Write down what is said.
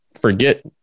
forget